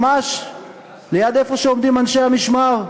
ממש ליד המקום שעומדים בו אנשי המשמר,